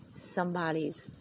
somebody's